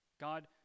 God